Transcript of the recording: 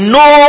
no